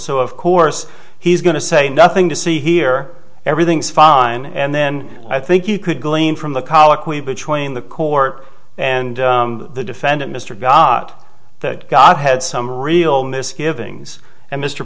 so of course he's going to say nothing to see here everything's fine and then i think you could glean from the colloquy between the court and the defendant mr god that god had some real misgivings and mr